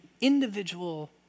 individual